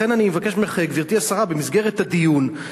לכן אני מבקש ממך, גברתי השרה, במסגרת הדיון,